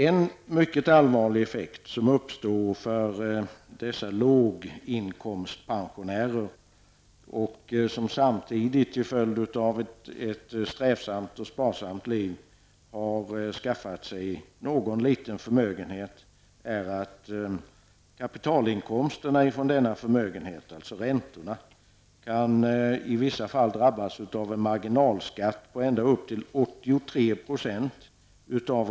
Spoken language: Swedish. En mycket allvarlig effekt som uppstår för dessa låginkomstpensionärer, som samtidigt, till följd av ett strävsamt och sparsamt liv, har skaffat sig en viss, liten förmögenhet, är att kapitalinkomsterna från denna förmögenhet, dvs. räntorna, i vissa fall kan drabbas av marginalskatter på ända upp till 83 %.